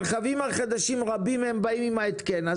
רבים מן הרכבים החדשים מגיעים עם ההתקן הזה,